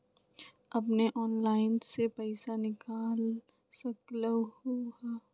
अपने ऑनलाइन से पईसा निकाल सकलहु ह?